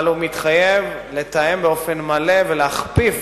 אבל הוא מתחייב לתאם באופן מלא ולהכפיף